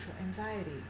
anxiety